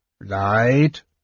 Light